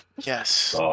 Yes